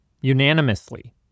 Unanimously